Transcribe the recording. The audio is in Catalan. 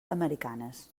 americanes